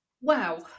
Wow